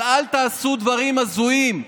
אבל אל תעשו דברים הזויים,